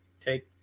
take